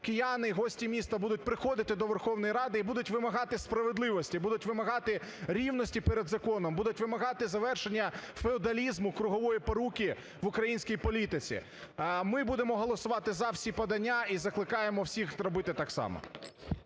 кияни і гості міста будуть приходити до Верховної Ради і будуть вимагати справедливості, будуть вимагати рівності перед законом, будуть вимагати завершення феодалізму, кругової поруки в українській політиці. Ми будемо голосувати за всі подання і закликаємо всіх робити так само.